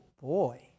boy